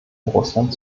russland